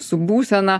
su būsena